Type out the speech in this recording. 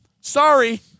Sorry